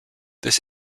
this